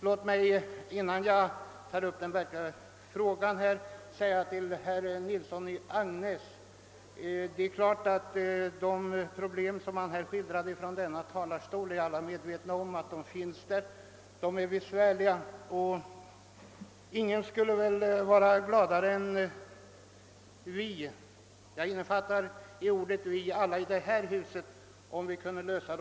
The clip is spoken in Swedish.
Låt mig innan jag går in på den fråga som nu behandlas säga herr Nilsson i Agnäs, att det är klart att vi alla är medvetna om existensen av de problem som han berörde. De är besvärliga och inga vore väl gladare än vi — jag innefattar i ordet »vi» alla i detta hus — om problemen kunde lösas.